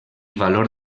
valor